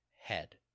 head